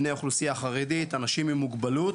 בני האוכלוסייה החרדית אנשים עם מוגבלות